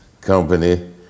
company